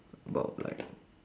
about like